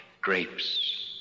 grapes